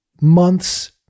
months